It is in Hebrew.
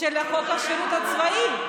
חוק השירות הצבאי.